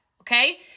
okay